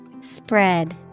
Spread